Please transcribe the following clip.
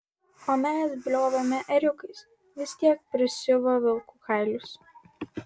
o mes bliovėme ėriukais vis tiek prisiuvo vilkų kailius